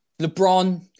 LeBron